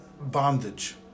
bondage